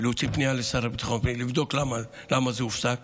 להוציא פנייה לשר לביטחון לאומי ולבדוק למה זה הופסק.